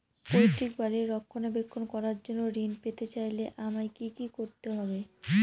পৈত্রিক বাড়ির রক্ষণাবেক্ষণ করার জন্য ঋণ পেতে চাইলে আমায় কি কী করতে পারি?